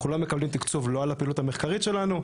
אנחנו לא מקבלים תקצוב על הפעילות המחקרית שלנו.